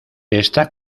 está